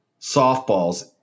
softballs